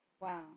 Wow